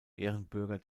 ehrenbürger